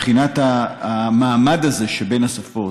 מבחינת המעמד הזה שבין השפות?